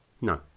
no